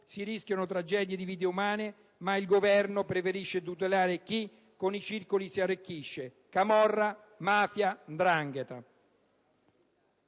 si rischiano tragedie di vite umane. Il Governo però preferisce tutelare chi con i circoli si arricchisce: camorra, mafia, 'ndrangheta.